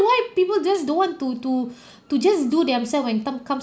why people just don't want to to to just do themself and come comes